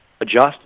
adjust